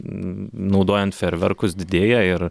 naudojant fejerverkus didėja ir